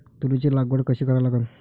तुरीची लागवड कशी करा लागन?